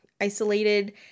isolated